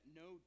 no